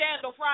Friday